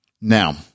now